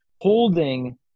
holding